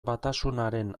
batasunaren